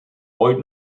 ooit